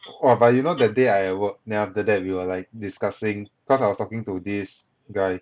!wah! but you know that day I work then after that we were like discussing cause I was talking to this guy